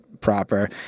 proper